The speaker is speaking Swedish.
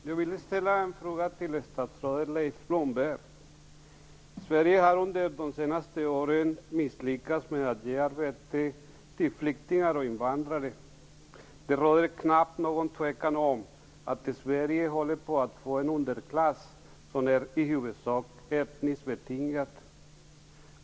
Fru talman! Jag vill ställa en fråga till statsrådet Leif Blomberg. Sverige har under de senaste åren misslyckats med att ge arbete till flyktingar och invandrare. Det råder knappast någon tvekan om att Sverige håller på att få en underklass som i huvudsak är etniskt betingad.